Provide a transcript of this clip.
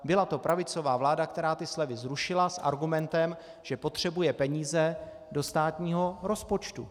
Byla to pravicová vláda, která ty slevy zrušila s argumentem, že potřebuje peníze do státního rozpočtu.